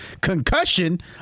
Concussion